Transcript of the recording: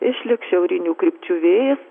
išliks šiaurinių krypčių vėjas